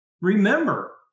remember